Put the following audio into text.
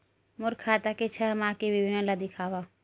मोर खाता के छः माह के विवरण ल दिखाव?